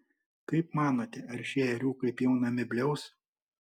kaip manote ar šie ėriukai pjaunami bliaus